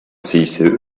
cice